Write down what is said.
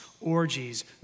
orgies